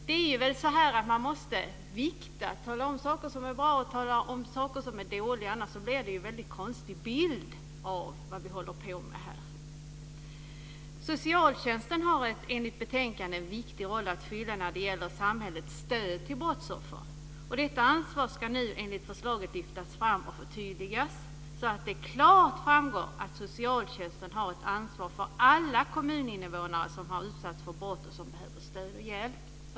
Det är väl så att man måste vikta, tala om saker som är bra och om saker som är dåliga, för annars blir det en väldigt konstig bild av vad vi håller på med här. Socialtjänsten har enligt betänkandet en viktig roll att spela när det gäller samhällets stöd till brottsoffer. Detta ansvar ska enligt förslaget lyftas fram och förtydligas så att det klart framgår att socialtjänsten har ett ansvar för alla kommuninvånare som har utsatts för brott och som behöver stöd och hjälp.